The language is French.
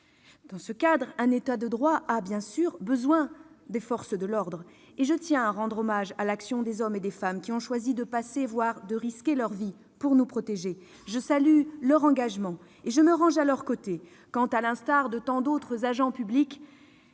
Dans ce cadre, un État de droit a, bien sûr, besoin de forces de l'ordre, et je tiens à rendre hommage à l'action des hommes et des femmes qui ont choisi de passer, voire de risquer, leur vie pour nous protéger ; je salue leur engagement, et je me range à leurs côtés quand, à l'instar de tant d'autres agents publics,